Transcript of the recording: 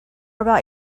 about